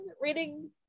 reading